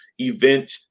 event